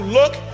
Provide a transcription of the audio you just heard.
look